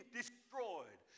destroyed